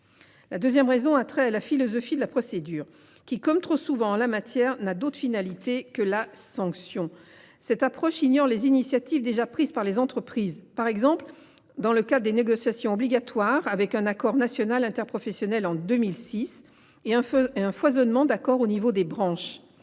La deuxième raison a trait à la philosophie de la procédure qui, comme trop souvent en la matière, n’a d’autre finalité que la sanction : cette approche ignore les initiatives déjà prises par les entreprises, par exemple dans le cadre des négociations obligatoires – un accord national interprofessionnel a été conclu en 2006 et l’on observe un foisonnement d’accords au niveau des branches.